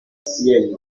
quelle